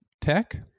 Tech